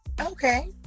Okay